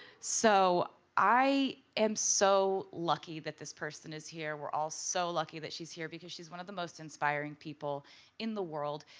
so i am so lucky that this person is here. we are all so lucky that she is here because she is one of the most inspiring people in the world.